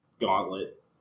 gauntlet